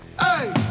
Hey